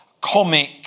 comic